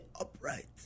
upright